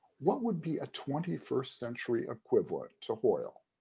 what would be a twenty first century equivalent to hoyle?